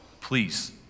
please